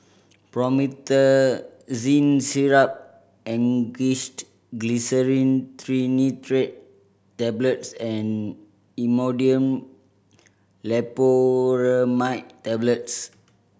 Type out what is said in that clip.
Promethazine Syrup Angised Glyceryl Trinitrate Tablets and Imodium Loperamide Tablets